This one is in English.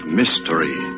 mystery